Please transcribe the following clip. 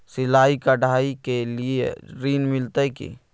सिलाई, कढ़ाई के लिए ऋण मिलते की?